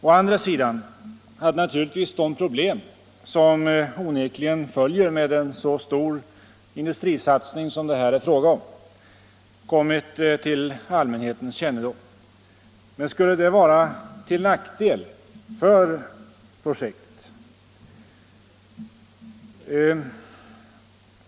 Å andra sidan hade naturligtvis de problem som onekligen följer med en så stor industrisatsning som det här är fråga om kommit till allmänhetens kännedom. Men skulle det vara till nackdel för projektet?